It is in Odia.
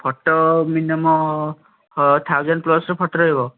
ଫଟୋ ମିନିୟମ୍ ଥାଉଜେଣ୍ଟ୍ ପ୍ଲସର ଫଟୋ ରହିବ